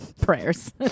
prayers